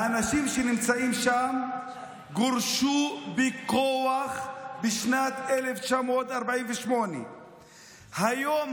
האנשים שנמצאים שם גורשו בכוח בשנת 1948. היום